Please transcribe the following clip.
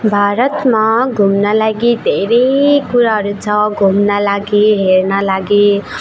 भारतमा घुम्न लागि धेरै कुराहरू छ घुम्न लागि हेर्न लागि